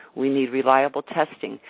we need reliable testing.